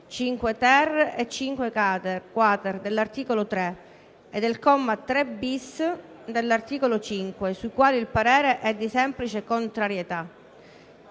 5-*ter* e 5-*quater* dell'articolo 3 e del comma 3-*bis* dell'articolo 5, sui quali il parere è di semplice contrarietà.